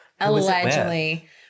Allegedly